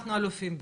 אנחנו אלופים בזה.